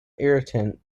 irritant